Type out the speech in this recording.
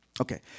Okay